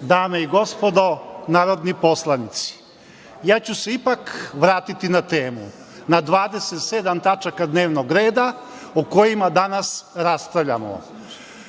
dame i gospodo narodni poslanici, ipak ću se vratiti na temu, na 27 tačaka dnevnog reda o kojima danas raspravljamo. Neki